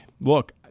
look